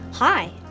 Hi